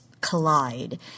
collide